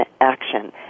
action